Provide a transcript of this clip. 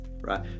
Right